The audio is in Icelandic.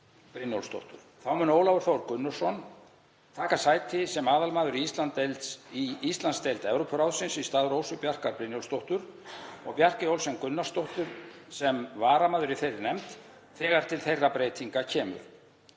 Brynjólfsdóttur. Þá mun Ólafur Þór Gunnarsson taka sæti sem aðalmaður í Íslandsdeild Evrópuráðsins í stað Rósu Bjarkar Brynjólfsdóttur og Bjarkey Olsen Gunnarsdóttur sem varamaður í þeirri nefnd þegar til þeirra breytinga kemur.